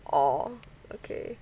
orh okay